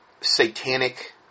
satanic